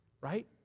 right